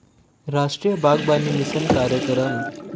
रास्टीय बागबानी मिसन कार्यकरम